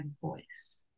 voice